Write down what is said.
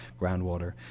groundwater